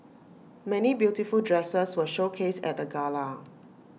many beautiful dresses were showcased at the gala